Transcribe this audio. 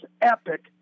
epic